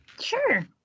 Sure